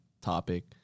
topic